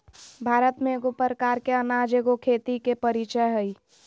भारत में एगो प्रकार के अनाज एगो खेती के परीचय हइ